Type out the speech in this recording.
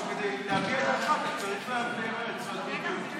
שכדי להביע את דעתך אתה צריך לרדת לשפת ביבים?